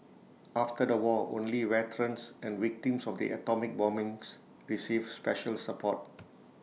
after the war only veterans and victims of the atomic bombings received special support